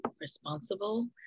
responsible